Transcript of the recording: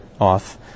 off